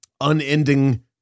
unending